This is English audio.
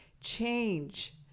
change